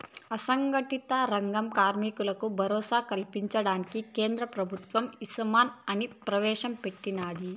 అసంగటిత రంగ కార్మికులకు భరోసా కల్పించడానికి కేంద్ర ప్రభుత్వం ఈశ్రమ్ ని ప్రవేశ పెట్టినాది